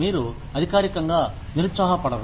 మీరు అధికారికంగా నిరుత్సాహపడరు